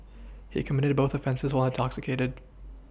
he committed both offences while intoxicated